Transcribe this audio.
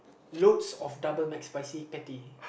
loads of Double McSpicy patty